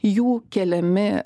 jų keliami